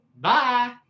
Bye